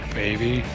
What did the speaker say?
baby